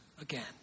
again